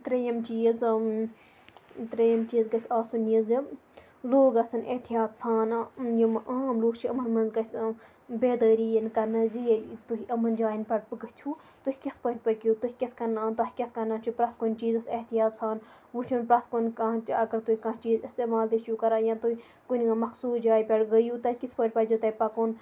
ترٛیٚیِم چیٖز ترٛیٚیِم چیٖز گژھِ آسُن یہِ زِ لوٗکھ گژھن احتیاط سان یِم عام لُکھ چھِ یِمَن منٛز گژھِ بیدٲری یِنۍ کرنہٕ زِ ییٚلہِ تُہۍ یِمَن جایَن پہ گٔژھِو تُہۍ کِتھ پٲٹھۍ پٔکِو تُہۍ کِتھ کَن تۄہہِ کِتھ کَنٮ۪تھ چھُ پرٛٮ۪تھ کُنہِ چیٖزَس احتیاط سان وٕچھُن پرٛٮ۪تھ کُن کانٛہہ تہِ اگر تُہۍ کانٛہہ چیٖز استعمال تہِ چھُو کران یا تُہۍ کُنہِ مخصوٗص جایہِ پٮ۪ٹھ گٔیِو تَتہِ کِتھ پٲٹھۍ پَزیو تۄہہِ پَکُن